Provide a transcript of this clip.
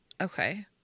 Okay